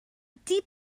deep